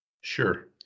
Sure